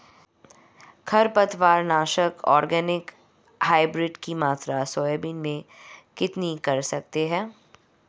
खरपतवार नाशक organic hybrid की मात्रा सोयाबीन में कितनी कर सकते हैं?